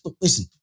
Listen